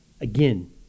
Again